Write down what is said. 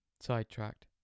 Sidetracked